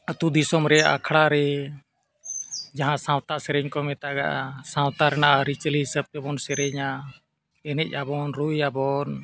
ᱟᱛᱳ ᱫᱤᱥᱚᱢ ᱨᱮ ᱟᱠᱷᱲᱟ ᱨᱮ ᱡᱟᱦᱟᱸ ᱥᱟᱶᱛᱟ ᱥᱮᱨᱮᱧ ᱠᱚ ᱢᱮᱛᱟᱜᱼᱟ ᱥᱟᱶᱛᱟ ᱨᱮᱱᱟᱜ ᱟᱹᱨᱤᱪᱟᱹᱞᱤ ᱦᱤᱥᱟᱹᱵ ᱛᱮᱵᱚᱱ ᱥᱮᱨᱮᱧᱟ ᱮᱱᱮᱡ ᱟᱵᱚᱱ ᱨᱩᱭᱟᱵᱚᱱ